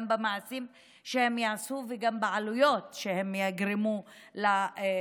גם במעשים שהם יעשו וגם בעלויות שהם יגרמו לתקציב,